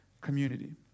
community